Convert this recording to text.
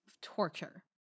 torture